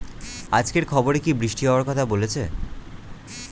আজকের খবরে কি বৃষ্টি হওয়ায় কথা বলেছে?